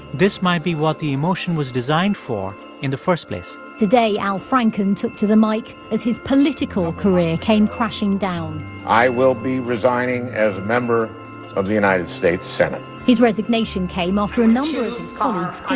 this might be what the emotion was designed for in the first place today, al franken took to the mic as his political career came crashing down i will be resigning as a member of the united states senate his resignation came after a number of his colleagues called